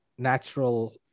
natural